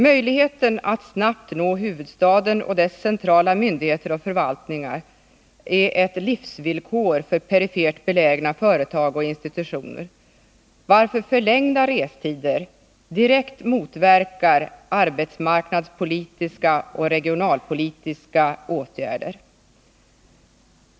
Möjligheten att snabbt nå huvudstaden och dess centrala myndigheter och förvaltningar är ett livsvillkor för perifert belägna företag och institutioner, varför förlängda restider direkt motverkar arbetsmarknadspolitiska och regionalpolitiska åtgärder.